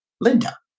Linda